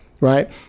Right